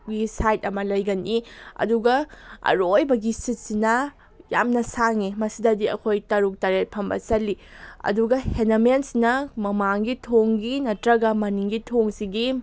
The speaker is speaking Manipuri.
ꯒꯤ ꯁꯥꯏꯠ ꯑꯃ ꯂꯩꯒꯅꯤ ꯑꯗꯨꯒ ꯑꯔꯣꯏꯕꯒꯤ ꯁꯤꯠꯁꯤꯅ ꯌꯥꯝꯅ ꯁꯥꯡꯏ ꯃꯁꯤꯗꯗꯤ ꯑꯩꯈꯣꯏ ꯇꯔꯨꯛ ꯇꯔꯦꯠ ꯐꯝꯕ ꯆꯜꯂꯤ ꯑꯗꯨꯒ ꯍꯦꯟꯗꯃꯦꯟꯁꯤꯅ ꯃꯃꯥꯡꯒꯤ ꯊꯣꯡꯒꯤ ꯅꯠꯇꯔꯒ ꯃꯅꯤꯡꯒꯤ ꯊꯣꯡꯁꯤꯒꯤ